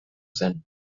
zen